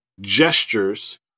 gestures